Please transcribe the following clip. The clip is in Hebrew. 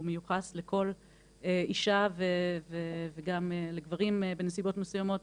הוא מיוחס לכל אישה וגם לגברים בנסיבות מסוימות,